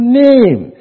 name